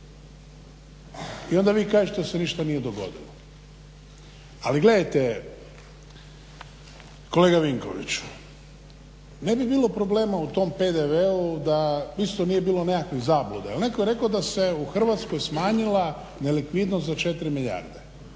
I onda vi kažete da se ništa nije dogodilo. Ali gledajte kolega Vinkoviću, ne bi bilo problema u PDV-u da isto nije bilo nekakve zablude. Jel netko rekao da se u Hrvatskoj smanjila nelikvidnost za 4 milijarde,